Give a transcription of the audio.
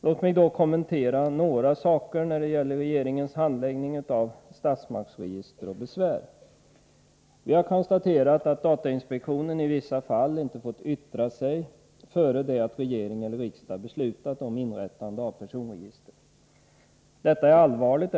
Låt mig sedan kommentera några saker beträffande regeringens handläggning av statsmaktsregister och besvärsärenden. Vi har konstaterat att datainspektionen i vissa fall inte fått yttra sig innan regering och riksdag beslutat om inrättande av personregister. Detta är allvarligt.